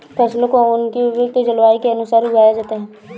फसलों को उनकी उपयुक्त जलवायु के अनुसार उगाया जाता है